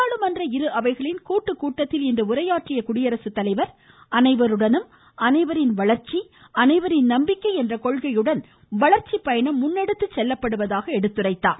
நாடாளுமன்ற இரு அவைகளின் கூட்டுக்கூட்டத்தில் இன்று உரையாற்றிய குடியரசுத்தலைவர் அனைவருடன் அனைவரின் வளர்ச்சி அனைவரின் நம்பிக்கை என்ற கொள்கையுடன் வளர்ச்சிப்பயணம் முன்னெடுத்துச் செல்லப்படுவதாக எடுத்துரைத்தார்